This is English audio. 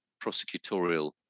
prosecutorial